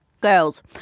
girls